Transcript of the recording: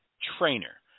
trainer